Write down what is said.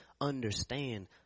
understand